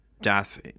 death